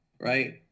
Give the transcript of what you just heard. Right